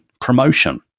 promotion